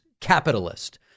capitalist